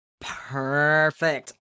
Perfect